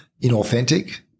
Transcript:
inauthentic